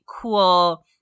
cool